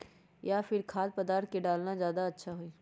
या फिर खाद्य पदार्थ डालना ज्यादा अच्छा होई?